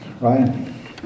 Ryan